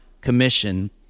commission